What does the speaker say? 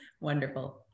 Wonderful